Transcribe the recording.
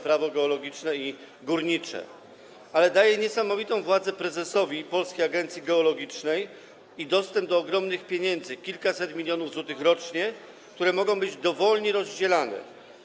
Prawo geologiczne i górnicze, ale daje niesamowitą władzę prezesowi Polskiej Agencji Geologicznej i dostęp do ogromnych pieniędzy, kilkuset milionów złotych rocznie, które mogą być dowolnie rozdzielane.